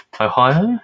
Ohio